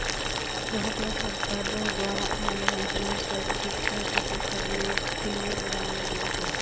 बहुतला सरकारोंर द्वारा आय योजनार स्वैच्छिक प्रकटीकरनेर खिल्ली उडाल गेल छे